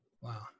Wow